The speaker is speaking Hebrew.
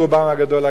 רובם הגדול,